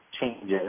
changes